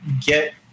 get